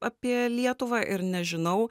apie lietuvą ir nežinau